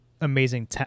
amazing